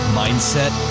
mindset